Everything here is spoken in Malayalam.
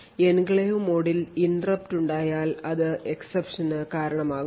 എൻക്ലേവ് മോഡിൽ interrupt ഉണ്ടായാൽ അത് exception നു കാരണമാവുന്നു